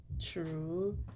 True